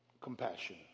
compassion